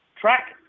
track